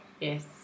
Yes